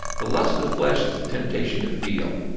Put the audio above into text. the lust of the flesh is the temptation to feel.